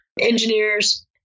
engineers